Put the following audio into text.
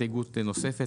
הסתייגות נוספת.